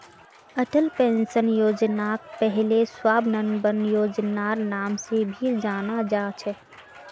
Atal pension योजनाक पहले स्वाबलंबन योजनार नाम से भी जाना जा छे